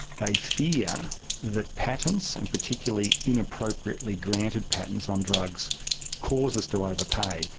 they fear that patents and particularly inappropriately granted patents on drugs cause us to overpay.